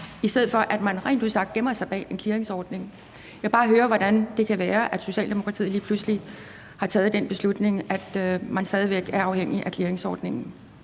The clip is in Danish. i stedet for at man rent ud sagt gemmer sig bag en clearingsordning. Jeg vil bare høre, hvordan det kan være, at Socialdemokratiet lige pludselig har taget den beslutning, at man stadig væk er afhængig af clearingsordningen.